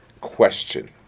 question